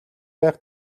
байх